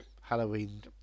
Halloween